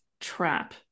trap